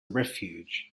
refuge